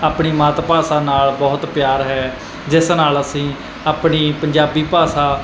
ਆਪਣੀ ਮਾਤ ਭਾਸ਼ਾ ਨਾਲ ਬਹੁਤ ਪਿਆਰ ਹੈ ਜਿਸ ਨਾਲ ਅਸੀਂ ਆਪਣੀ ਪੰਜਾਬੀ ਭਾਸ਼ਾ